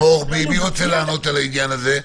מי רוצה לענות על העניין הזה?